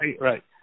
right